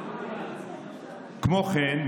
כמו כן,